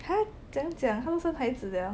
!huh! 怎样讲她们生孩子了